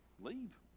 leave